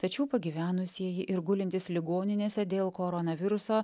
tačiau pagyvenusieji ir gulintys ligoninėse dėl koronaviruso